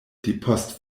depost